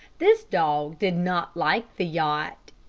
this dog did not like the yacht.